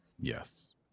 yes